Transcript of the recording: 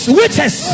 witches